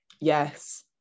Yes